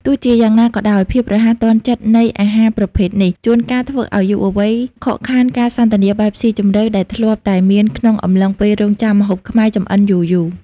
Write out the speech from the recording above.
ទោះជាយ៉ាងណាក៏ដោយ ភាពរហ័សទាន់ចិត្តនៃអាហារប្រភេទនេះ ជួនកាលធ្វើឱ្យយុវវ័យខកខានការសន្ទនាបែបស៊ីជម្រៅដែលធ្លាប់តែមានក្នុងកំឡុងពេលរង់ចាំម្ហូបខ្មែរចំអិនយូរៗ។